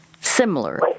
similar